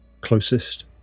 closest